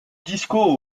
disco